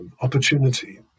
opportunity